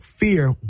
fear